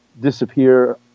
disappear